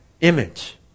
image